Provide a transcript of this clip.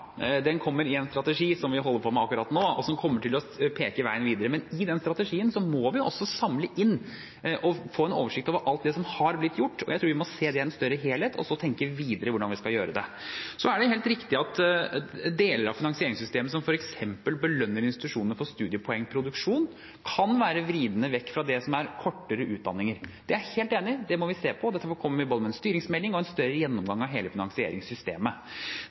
den kommer i en strategi som vi holder på med akkurat nå, og som kommer til å peke veien videre. Men i den strategien må vi også samle inn og få en oversikt over alt det som har blitt gjort. Jeg tror vi må se det i en større helhet, og så tenke videre på hvordan vi skal gjøre det. Så er det helt riktig at deler av finansieringssystemet, som f.eks. å belønne institusjoner for studiepoengproduksjon, kan være vridende vekk fra det som er kortere utdanninger. Det er jeg helt enig i. Det må vi se på, og derfor kommer vi med både en styringsmelding og en større gjennomgang av hele finansieringssystemet.